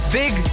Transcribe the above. big